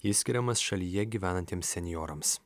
jis skiriamas šalyje gyvenantiems senjorams